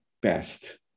best